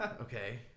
Okay